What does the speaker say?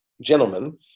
gentlemen